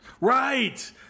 Right